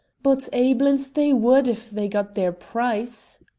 but aiblins they wad if they got their price.